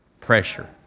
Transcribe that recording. pressure